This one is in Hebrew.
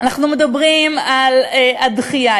אנחנו מדברים על הדחייה.